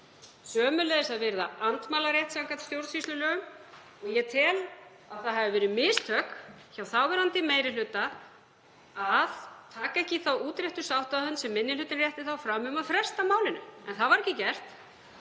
sömuleiðis að virða andmælarétt samkvæmt stjórnsýslulögum. Ég tel að það hafi verið mistök hjá þáverandi meiri hluta að taka ekki í þá útréttu sáttarhönd sem minni hlutinn rétti þá fram um að fresta málinu. En það var ekki gert.